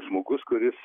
žmogus kuris